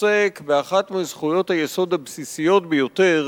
עוסק באחת מזכויות היסוד הבסיסיות ביותר